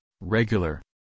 regular